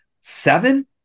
seven